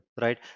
right